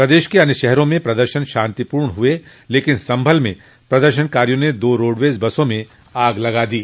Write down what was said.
प्रदेश के अन्य शहरों में प्रदर्शन शांतिपूर्ण हुए लेकिन संभल में प्रदर्शकारियों ने दो रोडवेज बसों में आग लगा दी